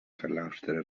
claustre